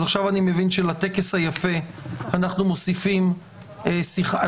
אז עכשיו אני מבין שלטקס היפה אנחנו מוסיפים שיחה.